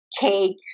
Cake